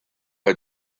had